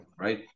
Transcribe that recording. right